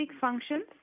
functions